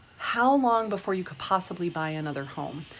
how long before you can possibly buy another home?